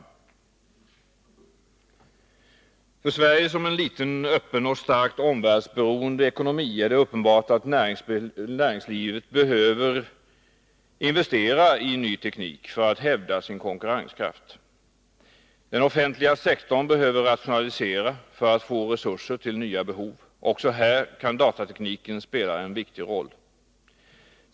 För oss i Sverige, med en liten, öppen och starkt omvärldsberoende ekonomi, är det uppenbart att näringslivet behöver investera i ny teknik för att hävda sin konkurrenskraft. Den offentliga sektorn behöver rationalisera för att få resurser till nya behov. Också här kan datatekniken spela en viktig roll.